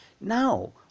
Now